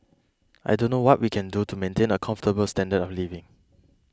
I don't know what we can do to maintain a comfortable standard of living